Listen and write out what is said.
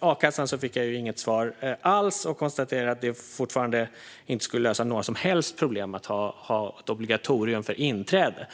a-kassan fick jag inget svar alls. Jag konstaterar att det inte skulle lösa några som helst problem att ha ett obligatorium för inträde.